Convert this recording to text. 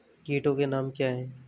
कीटों के नाम क्या हैं?